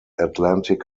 atlantic